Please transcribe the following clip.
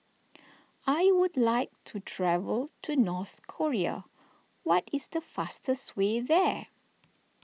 I would like to travel to North Korea what is the fastest way there